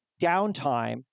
downtime